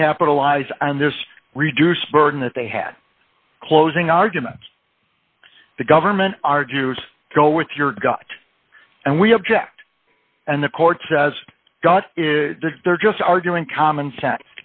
they capitalize on this reduced burden that they had a closing argument the government argues go with your gut and we object and the court says god is there just argument common sense